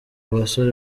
basore